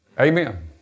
Amen